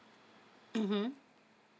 mmhmm